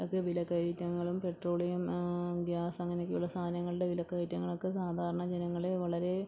ഒക്കെ വില കയറ്റങ്ങളും പെട്രോളിയം ഗ്യാസ് അങ്ങനെയൊക്കെയുള്ള സാധനങ്ങളുടെ വിലക്കയറ്റങ്ങളൊക്കെ സാധാരണ ജനങ്ങളെ വളരെ